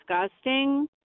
disgusting